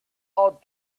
old